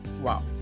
Wow